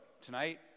tonight